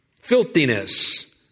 filthiness